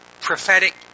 prophetic